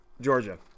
Georgia